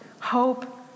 hope